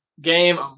game